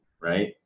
right